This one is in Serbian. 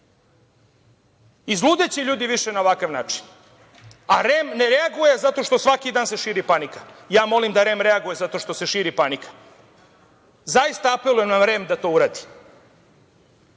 lošeg. Izludeće ljudi više na ovakav način, a REM ne reaguje zato što se svaki dan širi panika. Ja molim da REM reaguje zato što se širi panika. Zaista apelujem na REM da to uradi. Shodno